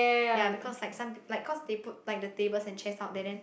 ya because like some peo~ like cause they put the tables and chairs out there then